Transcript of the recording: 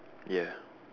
yeah